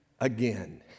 again